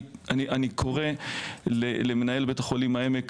אני קורא למנהל בית החולים העמק,